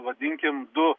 vadinkim du